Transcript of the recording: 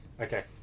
Okay